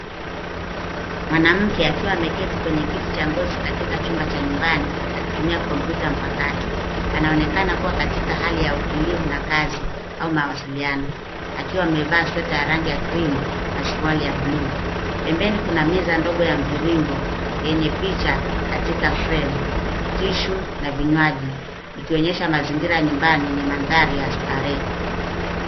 Mwanamke akiwa ameketi kwenye kiti cha ngozi katika chumba cha nyumbani akitumia kompyuta mpakato. Anaonekana kuwa katika hali ya utulivu na kazi au mawasiliano. Akiwa amevaa sweta ya rangi ya krimu na suruali ya buluu. Pembeni kuna meza ndogo ya mviringo yenye picha katika frame , tissue na vinywaji, ikionyesha mazingira ya nyumbani yenye mandhari ya starehe.